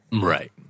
right